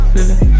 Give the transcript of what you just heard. Living